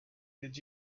did